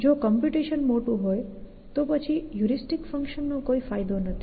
જો કમ્પ્યૂટેશન મોટું હોય તો પછી હ્યુરિસ્ટિક ફંક્શનનો કોઈ ફાયદો નથી